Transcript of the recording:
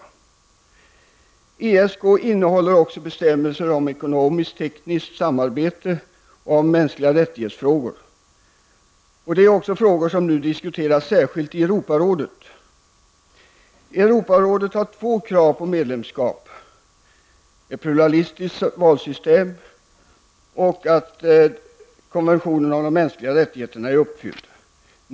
Men ESK innefattar också bestämmelser om ekonomiskt och tekniskt samarbete och frågor om mänskliga rättigheter. Detta är frågor som nu diskuteras särskilt i Europarådet. Europarådet har två krav för medlemskap: ett pluralistiskt valsystem och att landet följer konventionen om de mänskliga rättigheterna.